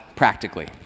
practically